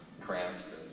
Cranston